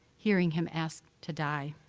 hearing him ask to die?